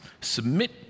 Submit